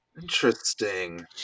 interesting